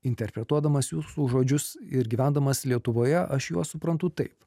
interpretuodamas jūsų žodžius ir gyvendamas lietuvoje aš juos suprantu taip